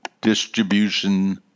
distribution